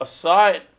aside